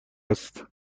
هست